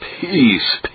Peace